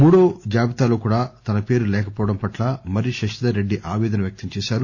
మూడో జాబితా లో కూడా తన పేరు లేకపోవడం పట్ల మర్రి శశిధర్ రెడ్డి ఆపేదన వ్యక్తం చేశారు